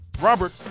Robert